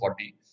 40